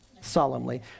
Solemnly